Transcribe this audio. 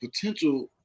potential